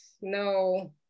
no